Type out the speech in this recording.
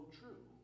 true